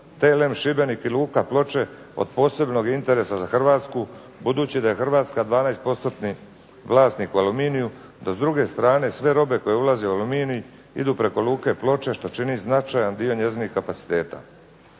TLM Šibenik i luka Ploče od posebnog je interesa za Hrvatsku budući da je Hrvatska 12 postotni vlasnik u "Aluminiju", da s druge strane sve robe koje ulaze u "Aluminij" idu preko luke Ploče što čini značajan dio njezinih kapaciteta.